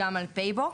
אלא גם על פייבוקס,